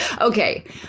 okay